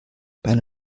einer